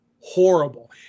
Horrible